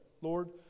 Lord